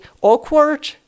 awkward